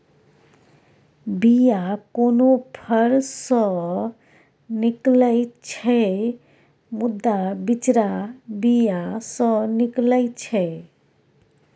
बीया कोनो फर सँ निकलै छै मुदा बिचरा बीया सँ निकलै छै